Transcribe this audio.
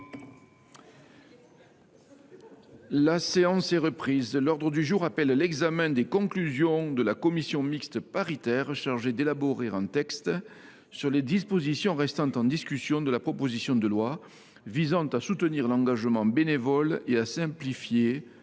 La séance est reprise. L’ordre du jour appelle l’examen des conclusions de la commission mixte paritaire chargée d’élaborer un texte sur les dispositions restant en discussion de la proposition de loi visant à soutenir l’engagement bénévole et à simplifier